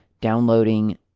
downloading